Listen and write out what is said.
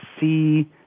see